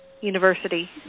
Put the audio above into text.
university